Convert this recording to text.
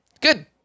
good